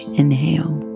inhale